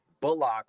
Bullock